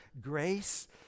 Grace